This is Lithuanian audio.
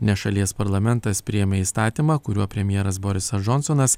nes šalies parlamentas priėmė įstatymą kuriuo premjeras borisas džonsonas